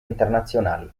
internazionali